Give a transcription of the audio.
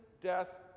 death